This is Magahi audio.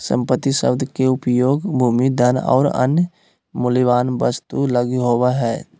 संपत्ति शब्द के उपयोग भूमि, धन और अन्य मूल्यवान वस्तु लगी होवे हइ